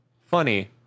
funny